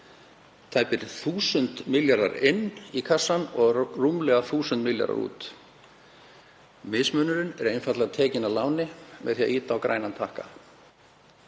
Tæpir 1.000 milljarðar inn í kassann og rúmlega 1.000 milljarðar út. Mismunurinn er einfaldlega tekin að láni með því að ýta á grænan takka.